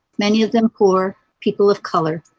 many of them poor people of color,